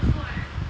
like